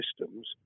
systems